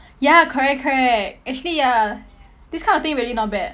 ya correct correct actually ya this kind of thing really not bad